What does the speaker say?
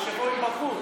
כדי שיבואו עם בגרות,